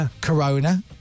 Corona